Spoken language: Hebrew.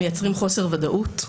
מייצרים חוסר ודאות,